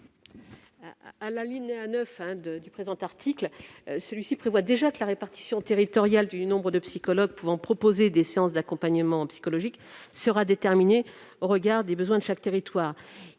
? L'article 42 prévoit déjà, dans son alinéa 9, que la répartition territoriale du nombre de psychologues pouvant proposer des séances d'accompagnement psychologique sera déterminée au regard des besoins de chaque territoire.